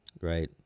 right